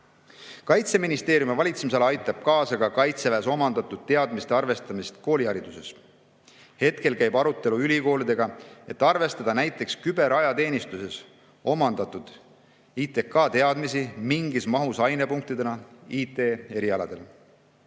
Kaitseministeeriumi valitsemisala aitab kaasa ka Kaitseväes omandatud teadmiste arvestamisele koolihariduses. Hetkel käib arutelu ülikoolidega, et arvestada näiteks küberajateenistuses omandatud ITK‑teadmisi mingis mahus ainepunktidena IT‑erialadel.